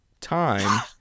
time